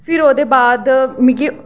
फिर ओह्दे बाद मिगी